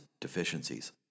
deficiencies